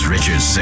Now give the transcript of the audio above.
Richard